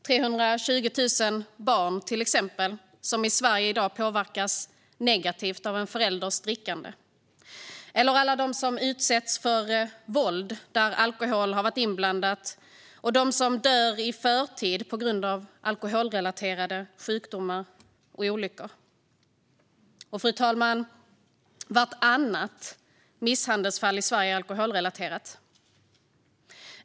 Till exempel är det i dag 320 000 barn som påverkas negativt av en förälders drickande och alla de som utsätts för våld där alkohol har varit inblandat och de som dör i förtid på grund av alkoholrelaterade sjukdomar och olyckor. Fru talman! Vartannat misshandelsfall i Sverige är alkoholrelaterat.